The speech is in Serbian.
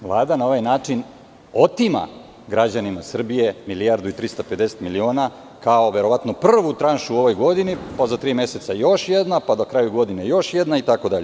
Vlada na ovaj način otima građanima Srbije 1.350.000.000 kao verovatno prvu tranšu u ovoj godini, pa za tri meseca još jedna, pa na kraju godine još jedna itd.